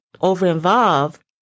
over-involved